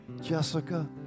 Jessica